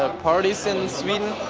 ah parties in sweden?